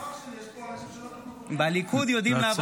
יש אנשים פה